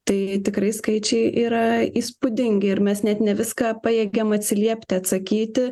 tai tikrai skaičiai yra įspūdingi ir mes net ne viską pajėgiam atsiliepti atsakyti